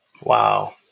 Wow